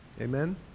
Amen